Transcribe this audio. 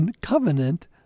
covenant